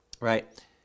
right